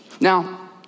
Now